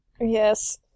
Yes